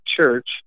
church